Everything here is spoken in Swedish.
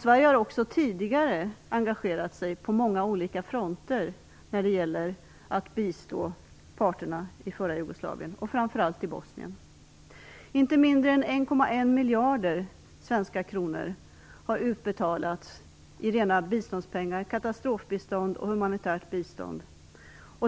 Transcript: Sverige har också tidigare engagerat sig på många olika fronter när det gäller att bistå parterna i förra Jugoslavien och framför allt i Bosnien. Inte mindre än 1,1 miljarder svenska kronor har utbetalats i rena biståndspengar, katastrofbistånd och humanitärt bistånd.